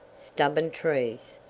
stubborn trees.